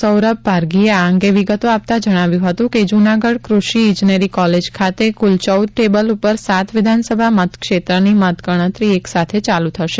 સૌરભ પારઘી એ આ અંગે વિગતો આપતા જણાવ્યું હતું કે જૂનાગઢ કૃષિ ઇજનેરી કોલેજ ખાતે કુલ ચૌદ ટેબલ ઉપર સાત વિધાન સભા મતક્ષેત્ર ની ગણતરી એક સાથે ચાલુ થશે